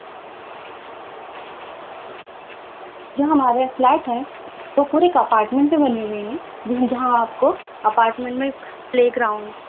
جو ہمارےاں فلیٹ ہیں وہ پورے ایک اپارٹمنٹ پہ بنی ہوئے ہیں جنہیں جہاں آپ کو اپارٹمنٹ میں پلے گراؤنڈ